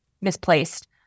misplaced